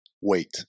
wait